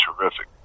terrific